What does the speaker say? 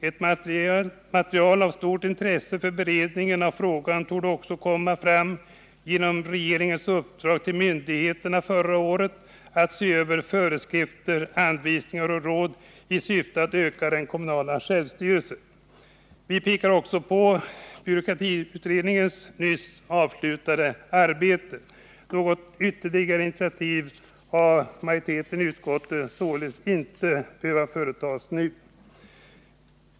Ett material av stort intresse för beredningen av frågan torde också komma fram genom regeringens uppdrag till myndigheterna förra året att se över föreskrifter, anvisningar och råd i syfte att öka den kommunala självstyrelsen. Vi pekar också på byråkratiutredningens nyss avslutade arbete. Något ytterligare initiativ anses inte av majoriteten behöva tagas nu.